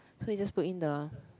so you just put in the